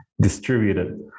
distributed